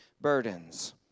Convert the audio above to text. burdens